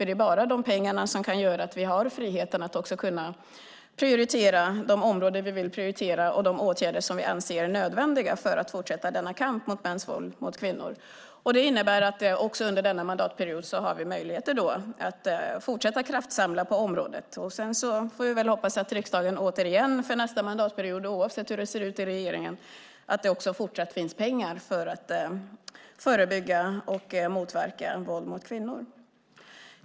Det är bara de pengarna som kan göra att vi har frihet att kunna prioritera de områden vi vill prioritera och de åtgärder som vi anser nödvändiga för att fortsätta denna kamp mot mäns våld mot kvinnor. Det innebär att vi också under denna mandatperiod har möjligheter att fortsätta kraftsamla på området. Sedan får vi hoppas att riksdagen återigen för nästa mandatperiod, oavsett hur det ser ut i regeringen, ser till att det fortsatt också finns pengar för att förebygga och motverka våld mot kvinnor.